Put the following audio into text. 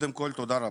קודם כל, תודה רבה.